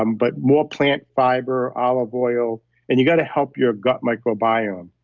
um but more plant fiber, olive oil and you got to help your gut microbiome.